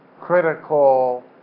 critical